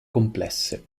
complesse